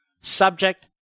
subject